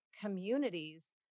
communities